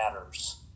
matters